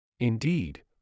Indeed